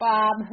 Bob